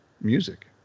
music